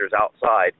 outside